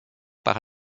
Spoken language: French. par